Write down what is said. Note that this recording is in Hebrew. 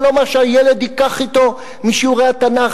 זה לא מה שהילד ייקח אתו משיעורי התנ"ך.